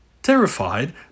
Terrified